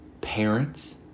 parents